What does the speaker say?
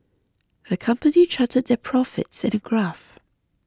the company charted their profits in a graph